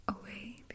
away